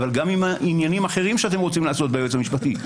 אבל גם עם העניינים האחרים שאתם רוצים לעשות ליועץ המשפטי.